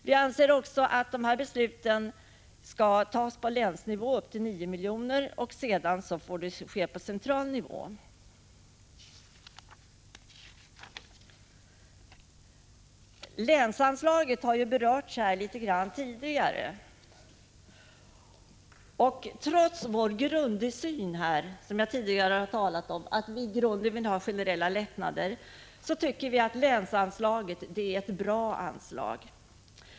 Vi anser att de här besluten skall fattas på länsnivå när det gäller belopp upp till 9 miljoner och för belopp därutöver på central nivå. Länsanslaget har berörts litet grand tidigare. Trots den grundsyn som jag tidigare har talat om — att vi anser att generella lättnader skall vara grunden — tycker vi att länsanslaget är ett bra anslag.